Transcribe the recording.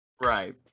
Right